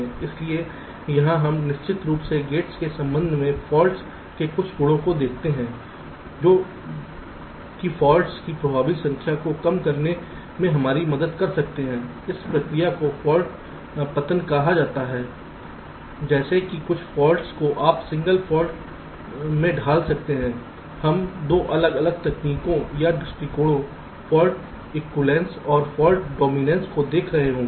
इसलिए यहाँ हम निश्चित रूप से गेट्स के संबंध में फॉल्ट्स के कुछ गुणों को देखते हैं जो किफॉल्ट्स की प्रभावी संख्या को कम करने में हमारी मदद कर सकते हैं इस प्रक्रिया को फाल्ट पतन कहा जाता है जैसे कि कुछ फॉल्ट्स को आप सिंगल फॉल्ट में ढल सकते हैं हम 2 अलग अलग तकनीकों या दृष्टिकोणों फाल्ट एक्विवैलेन्स और फाल्ट डोमिनेंस को देख रहे होंगे